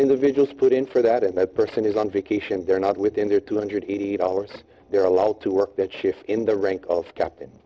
individuals put in for that and that person is on vacation they're not within their two hundred eight hours they're allowed to work that shift in the rank of captain